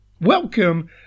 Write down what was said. Welcome